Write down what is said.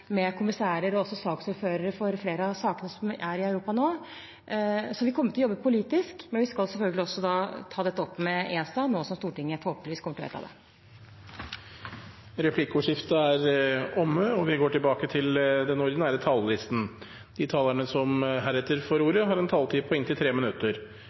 med kommissærer og også saksordførere for flere av sakene som er i Europa nå. Så vi kommer til å jobbe politisk, men vi skal selvfølgelig også ta dette opp med ESA, nå som Stortinget forhåpentligvis kommer til å vedta det. Replikkordskiftet er omme. De talere som heretter får ordet, har en taletid på inntil 3 minutter.